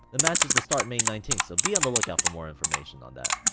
the matches will start may nineteen so be on the lookout for more information on that.